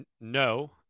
no